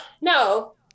no